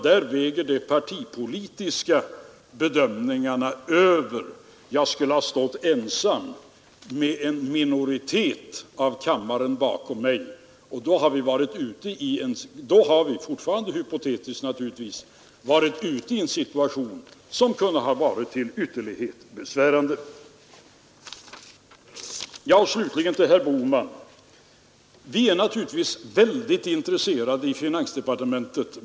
Där skulle de partipolitiska bedömningarna väga över. Jag skulle ha stått ensam med en minoritet av kammaren bakom mig, och då hade vi — fortfarande hypotetiskt naturligtvis — befunnit oss i en situation som kunnat bli till ytterlighet besvärande. Slutligen till herr Bohman: Vi är naturligtvis väldigt intresserade i finansdepartementet.